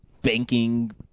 banking